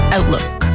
Outlook